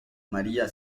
maría